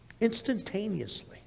instantaneously